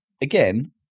again